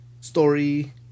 story